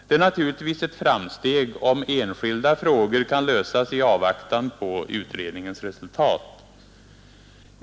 Det är naturligtvis ett framsteg om enskilda frågor kan lösas i avvaktan på utredningens resultat.